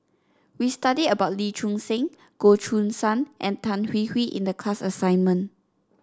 we studied about Lee Choon Seng Goh Choo San and Tan Hwee Hwee in the class assignment